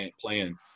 playing